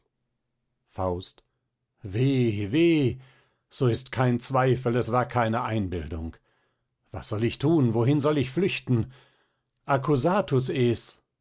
faust weh weh so ist kein zweifel es war keine einbildung was soll ich thun wohin soll ich flüchten accusatus es